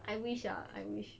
I I wish ah I wish